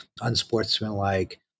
unsportsmanlike